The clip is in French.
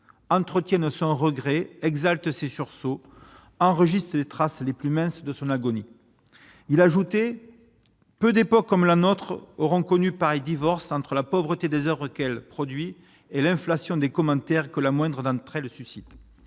entretiennent sans regret exalte ses sursaut enregistré ces traces les plus minces de son agonie, il a ajouté : peu d'époque comme la nôtre, auront connu pareil divorce entre la pauvreté des Oeuvres qu'elle produit et l'inflation des commentaires que la moindre panne très de suscite,